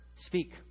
Speak